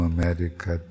America